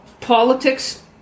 politics